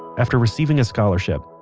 after receiving a scholarship,